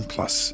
Plus